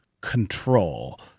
control